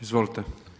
Izvolite.